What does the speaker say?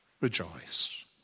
rejoice